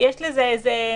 -- יש לזה מקום